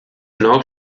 noch